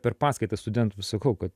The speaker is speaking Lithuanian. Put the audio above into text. per paskaitas studentam sakau kad